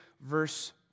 verse